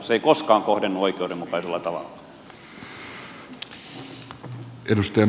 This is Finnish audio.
se ei koskaan kohdennu oikeudenmukaisella tavalla